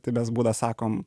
tai mes būna sakom